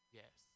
yes